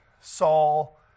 Saul